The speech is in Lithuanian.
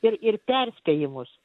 ir ir perspėjimus